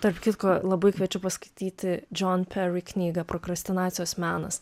tarp kitko labai kviečiu paskaityti džon peri knygą prkrastinacijos menas